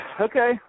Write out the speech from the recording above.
Okay